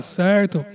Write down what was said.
certo